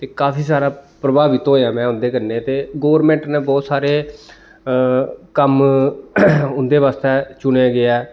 ते काफी सारा प्रभावित होएआ में उं'दे कन्नै ते गोरमैंट ने बोह्त सारे कम्म उं'दे बास्ते चुनेआ गेआ ऐ